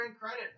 credit